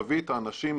נביא את האנשים,